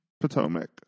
Potomac